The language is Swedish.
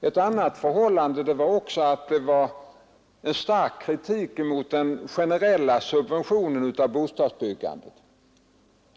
En annan omständighet var att det förekom en stark kritik mot den generella subventionen av bostadsbyggandet.